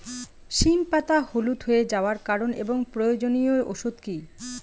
সিম পাতা হলুদ হয়ে যাওয়ার কারণ এবং প্রয়োজনীয় ওষুধ কি?